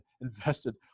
invested